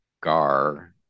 Gar